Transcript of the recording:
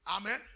Amen